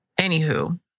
Anywho